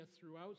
throughout